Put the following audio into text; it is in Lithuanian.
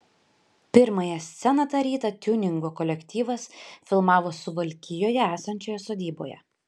pirmąją sceną tą rytą tiuningo kolektyvas filmavo suvalkijoje esančioje sodyboje